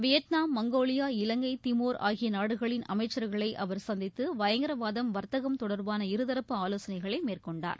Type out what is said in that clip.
Vietnam Mongolia Ilangai Timor ஆகிய நாடுகளின் அமைச்சர்களை அவர் சந்தித்து பயங்கரவாதம் வர்த்தகம் தொடர்பான இருதரப்பு ஆலோசனைகளை மேற்கொண்டார்